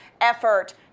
effort